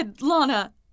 Lana